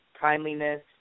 timeliness